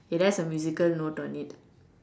it has a musical note on it